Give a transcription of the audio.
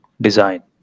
design